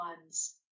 ones